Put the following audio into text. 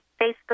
Facebook